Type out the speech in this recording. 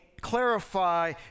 clarify